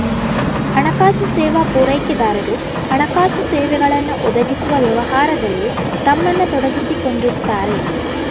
ಹಣಕಾಸು ಸೇವಾ ಪೂರೈಕೆದಾರರು ಹಣಕಾಸು ಸೇವೆಗಳನ್ನ ಒದಗಿಸುವ ವ್ಯವಹಾರದಲ್ಲಿ ತಮ್ಮನ್ನ ತೊಡಗಿಸಿಕೊಂಡಿರ್ತಾರೆ